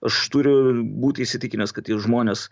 aš turiu būti įsitikinęs kad tie žmonės